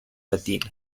latina